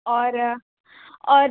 और और